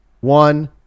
one